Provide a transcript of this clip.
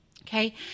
okay